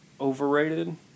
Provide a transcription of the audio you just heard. overrated